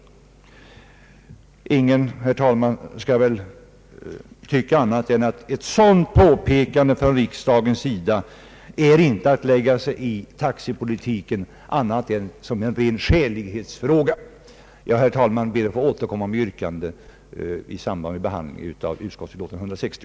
Ingen, herr talman, kan väl tycka att ett sådant påpekande från riksdagens sida är att lägga sig i taxepolitiken i annat avseende än i fråga om ren skälighet. Herr talman! Jag ber att få återkomma med yrkande i samband med behandlingen av utskottets utlåtande nr 160.